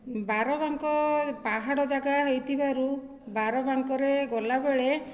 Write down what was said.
ବାରବାଙ୍କ ପାହାଡ଼ ଜାଗା ହୋଇଥିବାରୁ ବାରବାଙ୍କରେ ଗଲାବେଳେ